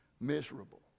miserable